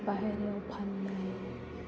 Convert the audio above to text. बाहेरायाव फाननाय